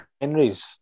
Henry's